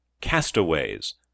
Castaways